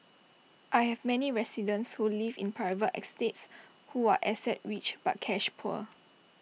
I have many residents who live in private estates who are asset rich but cash poor